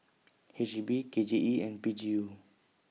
H E B K J E and P G U